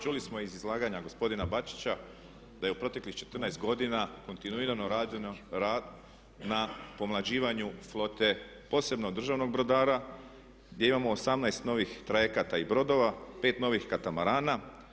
Čuli smo iz izlaganja gospodina Bačića da je u proteklih 14 godina kontinuirano rađeno na pomlađivanju flote posebno državnog brodara gdje imamo 18 novih trajekata i brodova, 5 novih katamarana.